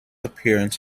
appearance